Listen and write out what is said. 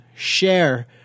share